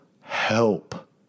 help